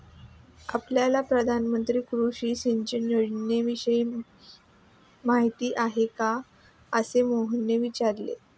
आपल्याला प्रधानमंत्री कृषी सिंचन योजनेविषयी माहिती आहे का? असे मोहनने विचारले